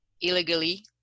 illegally